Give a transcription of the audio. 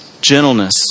gentleness